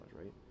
right